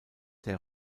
der